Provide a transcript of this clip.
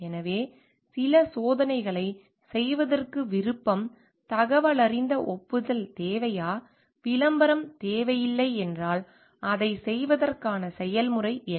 எனவே சில சோதனைகளைச் செய்வதற்கு விருப்பம் தகவலறிந்த ஒப்புதல் தேவையா விளம்பரம் தேவையில்லை என்றால் அதைச் செய்வதற்கான செயல்முறை என்ன